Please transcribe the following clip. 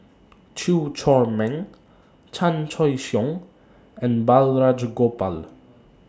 Chew Chor Meng Chan Choy Siong and Balraj Gopal